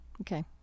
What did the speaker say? okay